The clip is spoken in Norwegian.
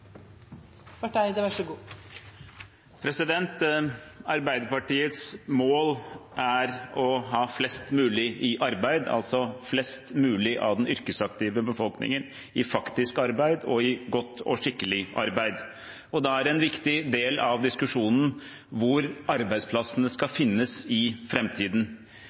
å ha flest mulig i arbeid, altså flest mulig av den yrkesaktive befolkningen i faktisk arbeid – og i godt og skikkelig arbeid. Da er en viktig del av diskusjonen hvor arbeidsplassene skal finnes i